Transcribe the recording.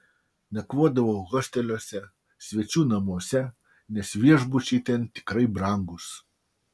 nakvodavau hosteliuose svečių namuose nes viešbučiai ten tikrai brangūs